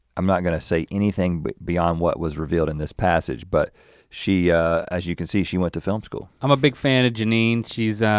i'm not gonna say anything but beyond what was revealed in this passage, but as you can see she went to film school. i'm a big fan of jeanine. she's